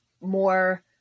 more